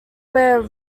where